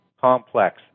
complex